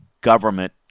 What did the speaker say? government